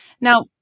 Now